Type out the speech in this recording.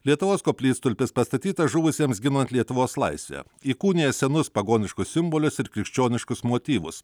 lietuvos koplytstulpis pastatytas žuvusiems ginant lietuvos laisvę įkūnija senus pagoniškus simbolius ir krikščioniškus motyvus